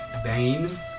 Bane